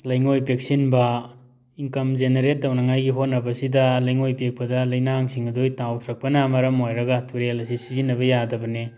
ꯂꯩꯉꯣꯏ ꯄꯦꯛꯁꯤꯟꯕ income generate ꯇꯧꯅꯉꯥꯏꯒꯤ ꯍꯣꯠꯅꯕꯁꯤꯗ ꯂꯩꯉꯣꯏ ꯄꯦꯛꯄꯗ ꯂꯩꯅꯥꯡꯁꯤꯡ ꯑꯗꯨ ꯇꯥꯎꯊꯔꯛꯄꯅ ꯃꯔꯝ ꯑꯣꯏꯔꯒ ꯇꯨꯔꯦꯜ ꯑꯁꯤ ꯁꯤꯖꯤꯟꯅꯕ ꯌꯥꯗꯕꯅꯤ